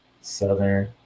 Southern